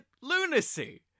lunacy